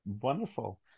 Wonderful